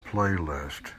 playlist